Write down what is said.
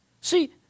see